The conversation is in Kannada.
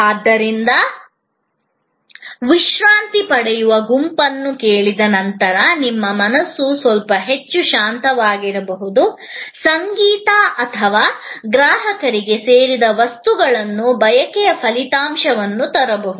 ಆದ್ದರಿಂದ ವಿಶ್ರಾಂತಿ ಪಡೆಯುವ ಗುಂಪನ್ನು ಕೇಳಿದ ನಂತರ ನಿಮ್ಮ ಮನಸ್ಸು ಸ್ವಲ್ಪ ಹೆಚ್ಚು ಶಾಂತವಾಗಬಹುದು ಸಂಗೀತ ಅಥವಾ ಅದು ಗ್ರಾಹಕರಿಗೆ ಸೇರಿದ ವಸ್ತುಗಳಲ್ಲಿ ಬಯಕೆಯ ಫಲಿತಾಂಶವನ್ನು ತರಬಹುದು